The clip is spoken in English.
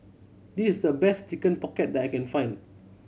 this is the best Chicken Pocket that I can find